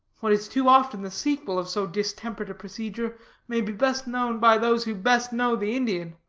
what is too often the sequel of so distempered a procedure may be best known by those who best know the indian.